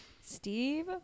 steve